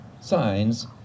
signs